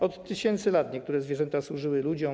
Od tysięcy lat niektóre zwierzęta służyły ludziom.